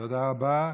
תודה רבה.